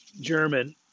German